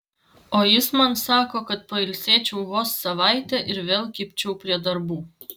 o jis man sako kad pailsėčiau vos savaitę ir vėl kibčiau prie darbų